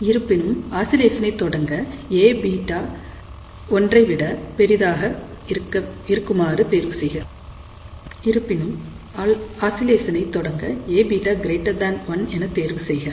இருப்பினும் ஆசிலேசனை தொடங்க Aβ1 என தேர்வு செய்க